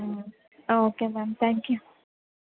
okay ma'am thank you